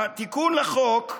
התיקון לחוק,